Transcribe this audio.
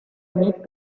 need